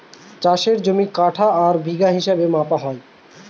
চাষের জমি কাঠা আর বিঘা হিসাবে মাপা হয়